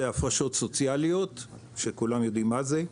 הפרשות סוציאליות וכולם יודעים מה זה,